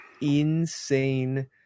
insane